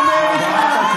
הם מתים במשמרת שלו.